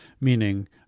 meaning